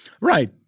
Right